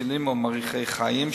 מצילים או מאריכי חיים,